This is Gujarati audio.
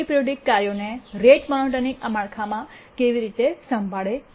પિઓરોડિક કાર્યોને રેટ મોનોટોનિક માળખામાં કેવી રીતે સંભાળે છે